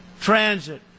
transit